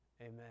Amen